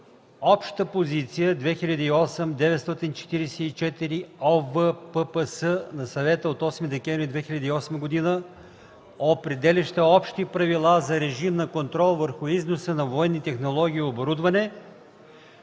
„Обща позиция 2008/944/ОВППС на Съвета от 8 декември 2008 г., определяща общи правила за режима на контрол върху износа на военни технологии и оборудване